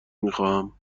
میخواهتم